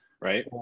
Right